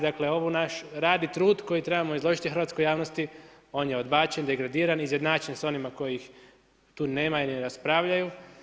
Dakle, ovaj naš rad i trud koji trebamo izložiti hrvatskoj javnosti on je odbačen, degradiran i izjednačen sa onima kojih tu nema i ne raspravljaju.